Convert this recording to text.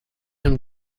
him